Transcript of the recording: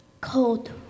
Cold